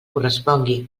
correspongui